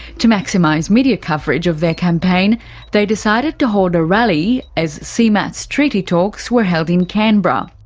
to maximise media coverage of their campaign they decided to hold a rally as cmats treaty talks were held in canberra.